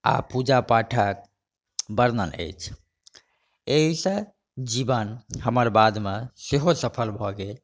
आओर पूजा पाठके वर्णन अछि एहिसँ जीवन हमर बादमे सेहो सफल भऽ गेल